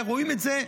רואים את זה.